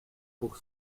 pour